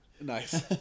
nice